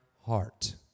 heart